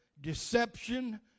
deception